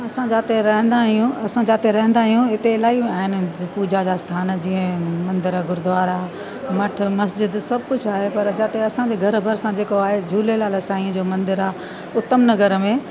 असां जिते रहंदा आहियूं असां जिते रहंदा आहियूं इते इलाहियूं आहिनि पूॼा जा स्थान जीअं मंदर गुरुद्वारा मठ मस्जिद सभु कुझु आहे पर जिते असांजे घर भरिसां असां जेको आहे झूलेलाल साईं जो मंदरु आहे उत्तम नगर में